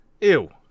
Ew